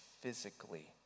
physically